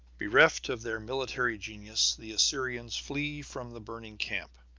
bereft of their military genius, the assyrians flee from the burning camp.